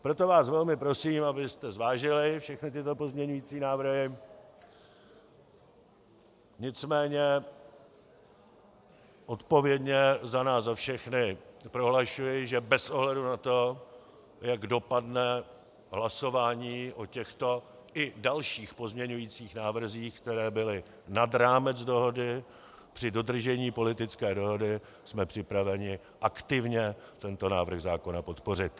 Proto vás velmi prosím, abyste zvážili všechny tyto pozměňovací návrhy, nicméně odpovědně za nás všechny prohlašuji, že bez ohledu na to, jak dopadne hlasování o těchto i dalších pozměňovacích návrzích, které byly nad rámec dohody, při dodržení politické dohody jsme připraveni aktivně tento návrh zákona podpořit.